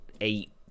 eight